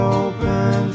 open